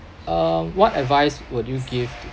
um what advice would you give to